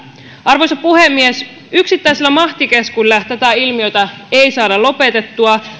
arvoisa puhemies yksittäisellä mahtikäskyllä tätä ilmiötä ei saada lopetettua